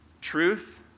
truth